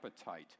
appetite